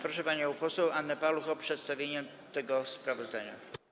Proszę panią poseł Annę Paluch o przedstawienie tego sprawozdania.